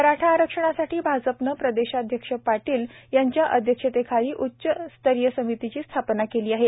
मराठा आरक्षणासाठी भाजपनं प्रदेशाध्यक्ष पाटील यांच्या अध्यक्षतेखाली उच्च समितीची स्थापना केली आहे